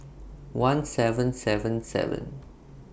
one seven seven seven